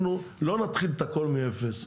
אנחנו לא נתחיל את הכל מאפס.